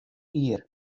jier